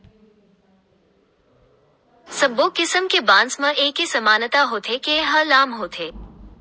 सब्बो किसम के बांस म एके समानता होथे के ए ह लाम होथे